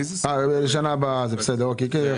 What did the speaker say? כן.